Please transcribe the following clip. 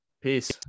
peace